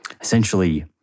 Essentially